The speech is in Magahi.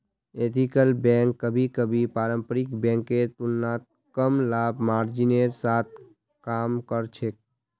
एथिकल बैंक कभी कभी पारंपरिक बैंकेर तुलनात कम लाभ मार्जिनेर साथ काम कर छेक